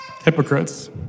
hypocrites